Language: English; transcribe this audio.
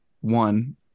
one